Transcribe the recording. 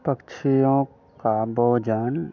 पक्षियों का भोजन